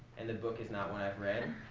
and the book is not one i've read.